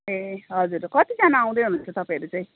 ए हजुर कतिजना आउँदै हुनुहुन्छ तपाईँहरू चाहिँ